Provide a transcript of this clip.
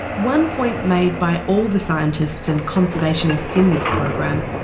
one point made by all the scientists and conservationists in this program,